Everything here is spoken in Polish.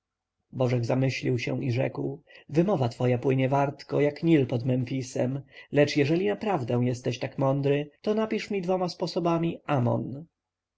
bożek zamyślił się i rzekł wymowa twoja płynie wartko jak nil pod memfisem lecz jeżeli naprawdę jesteś tak mądry to napisz mi dwoma sposobami amon